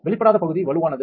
வெளிப்படாத பகுதி வலுவானது